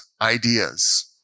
ideas